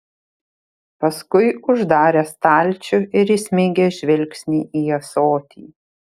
paskui uždarė stalčių ir įsmeigė žvilgsnį į ąsotį